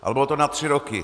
Ale bylo to na tři roky.